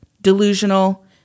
delusional